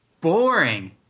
boring